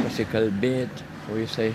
pasikalbėt o jisai